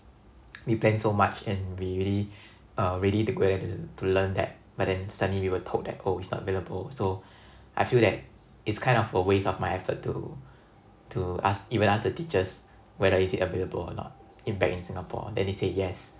we planned so much and we really uh ready to go there to to learn that but then suddenly we were told that oh it's not available so I feel that it's kind of a waste of my effort to to ask even ask the teachers whether is it available or not in back in Singapore then they say yes